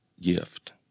gift